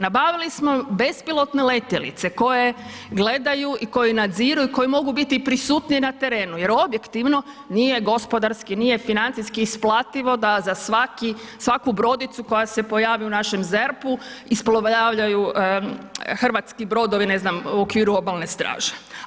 Nabavili smo bespilotne letjelice koje gledaju i koje nadziru i koje mogu biti prisutnije na terenu, jer objektivno nije gospodarski, nije financijski isplativo da za svaku brodicu koja se pojavi u našem ZERP-u isplovljavaju hrvatski brodovi u okviru obalne straže.